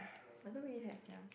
I thought we have sia